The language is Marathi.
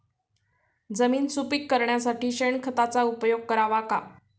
जमीन सुपीक करण्यासाठी शेणखताचा उपयोग करावा का?